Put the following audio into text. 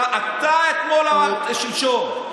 אתה אתמול אמרת, שלשום.